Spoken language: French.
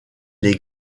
les